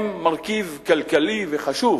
הם מרכיב כלכלי וחשוב,